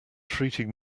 treating